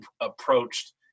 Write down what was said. approached